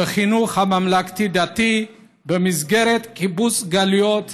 בחינוך הממלכתי-דתי במסגרת קיבוץ גלויות